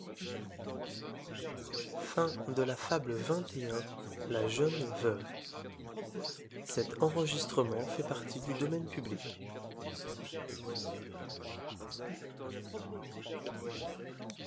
la jeune veuve